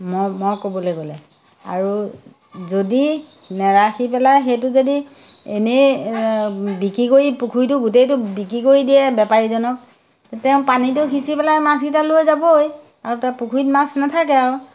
ম মই ক'বলৈ গ'লে আৰু যদি নেৰাখি পেলাই সেইটো যদি এনেই বিক্ৰী কৰি পুখুৰীটো গোটেইটো বিক্ৰী কৰি দিয়ে বেপাৰীজনক তেওঁ পানীটো সিঁচি পেলাই মাছকিটা লৈ যাবই আৰু তেওঁ পুখুৰীত মাছ নাথাকে আৰু